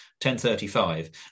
1035